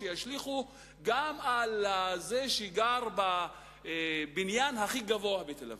שישליכו גם על זה שגר בבניין הכי גבוה בתל-אביב.